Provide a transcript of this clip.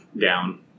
down